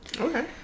Okay